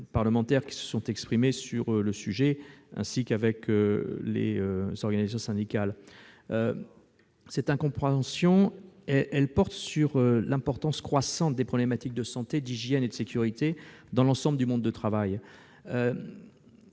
parlementaires qui se sont exprimés sur le sujet et les organisations syndicales. Cette incompréhension porte sur l'importance croissante des problématiques de santé, d'hygiène et de sécurité dans l'ensemble du monde de travail.